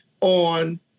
on